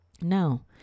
Now